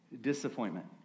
disappointment